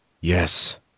yes